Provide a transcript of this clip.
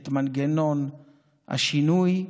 את מנגנון השינוי,